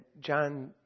John